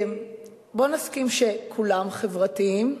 בואו נסכים שכולם חברתיים,